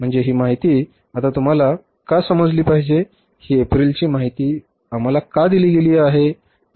म्हणजे ही माहिती आता तुम्हाला का समजली पाहिजे ही एप्रिलची माहिती आम्हाला का दिली गेली आहे